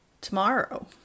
tomorrow